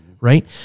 Right